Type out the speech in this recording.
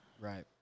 Right